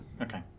Okay